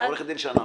חבר הכנסת פולקמן.